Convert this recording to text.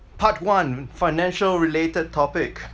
part one financial related topic